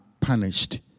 punished